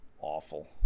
Awful